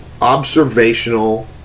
observational